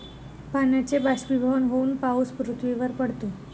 पाण्याचे बाष्पीभवन होऊन पाऊस पृथ्वीवर पडतो